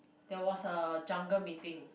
there was a jungle meeting